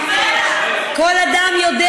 כל אדם יודע,